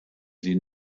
sie